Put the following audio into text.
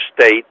state